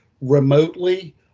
remotely